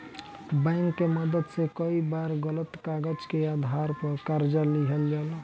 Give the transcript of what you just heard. bank के मदद से कई बार गलत कागज के आधार पर कर्जा लिहल जाला